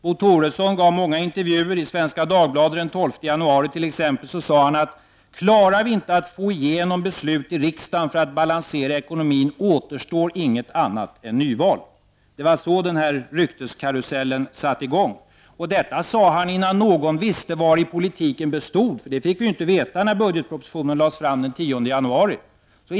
Bo Toresson gav många intervjuer. I Svenska Dagbladet den 12 januari sade han t.ex.: ”Klarar vi inte att få igenom beslut i riksdagen för att balansera ekonomin återstår inget annat än nyval.” Det var så här rykteskarusellen satte i gång. Detta sade Bo Toresson innan någon visste vad politiken bestod i. Det fick vi inte veta när budgetpropositionen lades fram den 10 januari.